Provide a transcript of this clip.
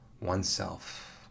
oneself